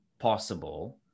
possible